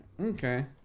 okay